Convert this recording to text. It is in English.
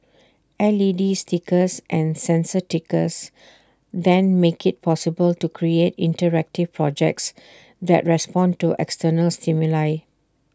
L E D stickers and sensor stickers then make IT possible to create interactive projects that respond to external stimuli